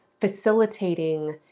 facilitating